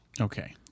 Okay